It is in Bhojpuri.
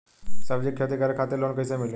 सब्जी के खेती करे खातिर लोन कइसे मिली?